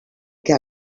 que